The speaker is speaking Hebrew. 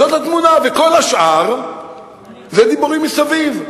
זאת התמונה, וכל השאר זה דיבורים מסביב.